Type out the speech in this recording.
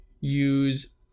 use